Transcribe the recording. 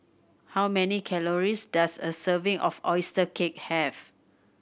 how many calories does a serving of oyster cake have